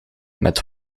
met